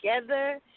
together